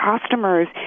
customers